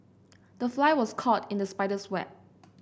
the fly was caught in the spider's web